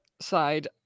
side